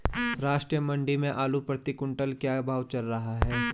राष्ट्रीय मंडी में आलू प्रति कुन्तल का क्या भाव चल रहा है?